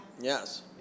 Yes